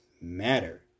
matter